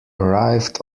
arrived